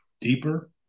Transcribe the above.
deeper